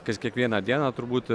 kas kiekvieną dieną turbūt